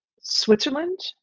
Switzerland